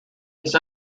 his